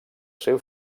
seu